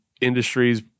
industries